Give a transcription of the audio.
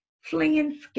flinging